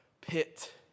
pit